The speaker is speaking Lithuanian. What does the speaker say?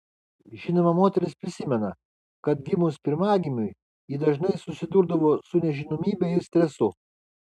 žinoma moteris prisimena kad gimus pirmagimiui ji dažnai susidurdavo su nežinomybe ir stresu